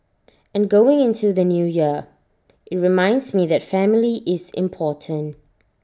and going into the New Year IT reminds me that family is important